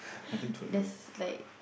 there's like